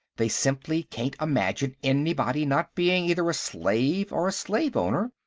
they simply can't imagine anybody not being either a slave or a slave-owner,